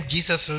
Jesus